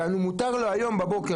כלומר, מותר לו לבוא היום לגמלון,